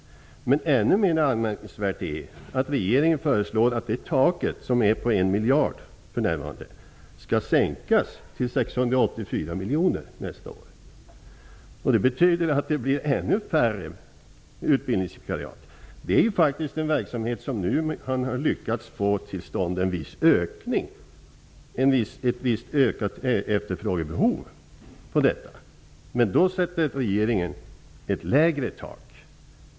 Men ännu mer anmärkningsvärt är att regeringen föreslår att det taket, som är på 1 miljard för närvarande, skall sänkas till 684 miljoner nästa år. Det betyder att det blir ännu färre utbildningsvikariat. Det är faktiskt en verksamhet där man nu har lyckats få till stånd en viss ökning av efterfrågan. Men då sätter regeringen ett lägre tak.